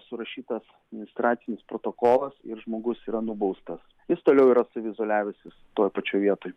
surašytas administracinis protokolas ir žmogus yra nubaustas jis toliau yra saviizoliavęsis toj pačioj vietoj